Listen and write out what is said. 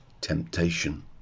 temptation